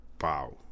Wow